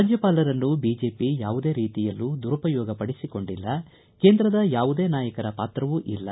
ರಾಜ್ಯಪಾಲನ್ನು BJP ಯಾವುದೇ ರೀತಿಯಲ್ಲೂ ದುರುಪಯೋಗ ಪಡೆಸಿಕೊಂಡಿಲ್ಲ ಕೇಂದ್ರದ ಯಾವುದೇ ನಾಯಕರ ಪಾತ್ರವು ಇಲ್ಲ